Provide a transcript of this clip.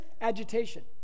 Agitation